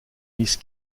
miss